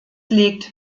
legt